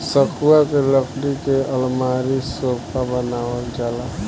सखुआ के लकड़ी के अलमारी, सोफा बनावल जाला